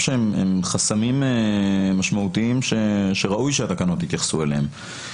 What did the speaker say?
שהן מהוות חסמים משמעותיים שראוי שהתקנות יתייחסו אליהן.